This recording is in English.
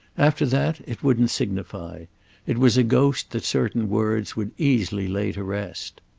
after that it wouldn't signify it was a ghost that certain words would easily lay to rest.